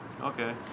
Okay